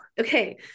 Okay